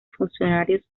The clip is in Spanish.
funcionarios